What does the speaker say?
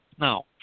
Now